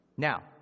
Now